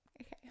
okay